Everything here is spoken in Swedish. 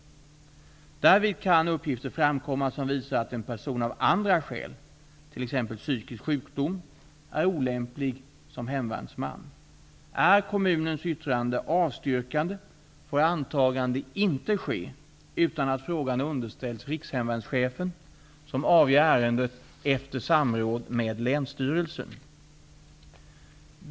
Därvid kan uppgifter framkomma som visar att en person av andra skäl, t.ex. psykisk sjukdom, är olämplig som hemvärnsman. Är kommunens yttrande avstyrkande, får antagande inte ske utan att frågan underställs rikshemvärnschefen, som avgör ärendet efter samråd med länsstyrelsen.